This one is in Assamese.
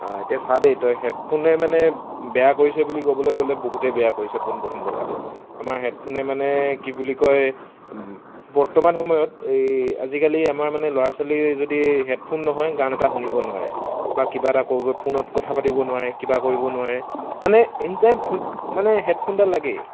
এতিয়া চা দেই তই হেডফোনে মানে বেয়া কৰিছে বুলি ক'বলৈ গ'লে বহুতেই বেয়া কৰিছে পোনপ্ৰথম কথাটো আমাৰ হেডফোনে মানে কি বুলি কয় বৰ্তমান সময়ত এই আজিকালি আমাৰ মানে ল'ৰা ছোৱালী যদি হেডফোন নহয় গান এটা শুনিব নোৱাৰে বা কিবা এটা কৰিব ফোনত কথা পাতিব নোৱাৰে কিবা কৰিব নোৱাৰে মানে এনিটাইম ফ মানে হেডফোনডাল লাগেই